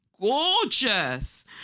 gorgeous